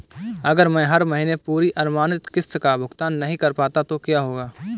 अगर मैं हर महीने पूरी अनुमानित किश्त का भुगतान नहीं कर पाता तो क्या होगा?